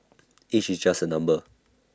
age is just A number